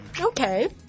Okay